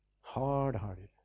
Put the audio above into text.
Hard-hearted